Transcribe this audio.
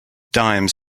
dimes